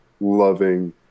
loving